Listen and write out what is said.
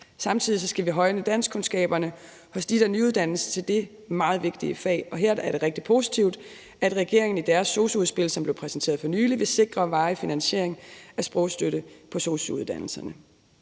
Samtidig skal vi højne danskkundskaberne hos dem, der nyuddannes til det meget vigtige fag, og her er det rigtig positivt, at regeringen i deres sosu-udspil, som blev præsenteret for nylig, vil sikre varig finansiering af sprogstøtte på sosu-uddannelserne.